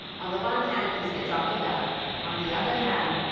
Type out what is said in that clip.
on the one hand he's the chowkidar, on the other hand,